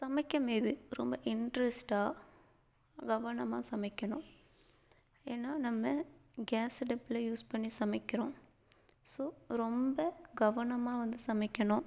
சமைக்கபோது ரொம்ப இண்ட்ரஸ்ட்டாக கவனமாக சமைக்கணும் ஏன்னா நம்ம கேஸ் அடுப்பில் யூஸ் பண்ணி சமைக்கிறோம் ஸோ ரொம்ப கவனமாக வந்து சமைக்கணும்